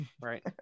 Right